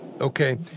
Okay